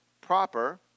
proper